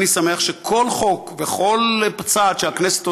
אני שמח על כל חוק וכל צעד שהכנסת עושה,